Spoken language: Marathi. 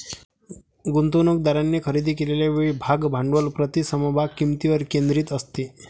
गुंतवणूकदारांनी खरेदी केलेल्या वेळी भाग भांडवल प्रति समभाग किंमतीवर केंद्रित असते